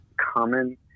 common